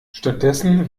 stattdessen